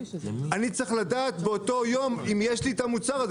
אני צריך לדעת באותו יום אם יש לי את המוצר הזה.